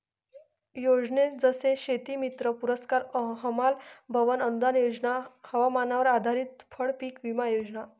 योजने जसे शेतीमित्र पुरस्कार, हमाल भवन अनूदान योजना, हवामानावर आधारित फळपीक विमा योजना